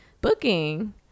booking